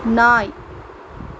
நாய்